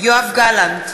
יואב גלנט,